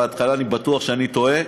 בהתחלה אני בטוח שאני טועה,